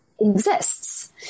exists